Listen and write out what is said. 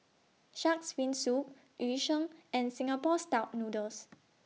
Shark's Fin Soup Yu Sheng and Singapore Style Noodles